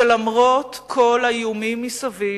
שלמרות כל האיומים מסביב,